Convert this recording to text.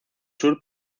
sur